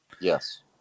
Yes